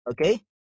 okay